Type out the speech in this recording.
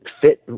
fit